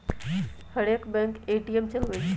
हरेक bank ATM चलबइ छइ